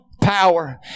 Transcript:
power